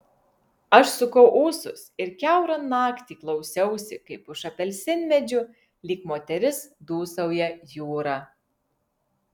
aš sukau ūsus ir kiaurą naktį klausiausi kaip už apelsinmedžių lyg moteris dūsauja jūra